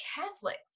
Catholics